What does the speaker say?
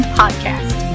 podcast